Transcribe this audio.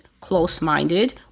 close-minded